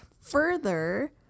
Further